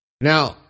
Now